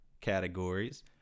categories